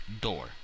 door